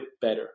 better